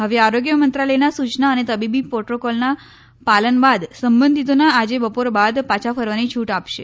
હવે આરોગ્ય મંત્રાલયની સૂચના અને તબીબી પ્રોટોકોલના પાલન બાદ સંબંધીતોને આજે બપોરબાદ પાછા ફરવાની છૂટ અપાશે